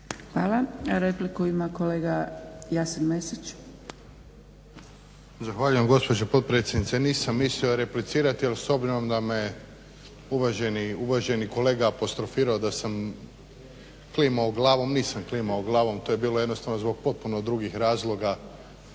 Hvala. Repliku ima kolega Jasen Mesić. **Mesić, Jasen (HDZ)** Zahvaljujem gospođo potpredsjednice. Nisam mislio replicirati ali s obzorim da me uvaženi kolega apostrofirao da sam klimao glavom, nisam klimao glavom to je bilo jednostavno zbog potpuno drugih razloga,